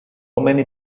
many